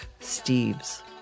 Steves